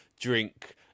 drink